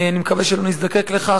אני מקווה שלא נזדקק לכך,